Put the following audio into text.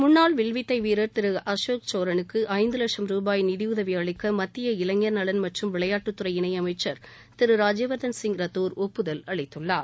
முன்னாள் வில்வித்தை வீரர் திரு அசோக் சோரனுக்கு ஐந்து லட்சும் ரூபாய் நிதியுதவி அளிக்க மத்திய இளைஞர் நலன் மற்றும் விளையாட்டுத்துறை இணையமைச்சர் திரு ராஜ்யவர்தன் சிங் ரத்தோர் ஒப்புதல் அளித்துள்ளார்